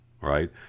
right